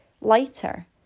lighter